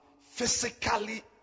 physically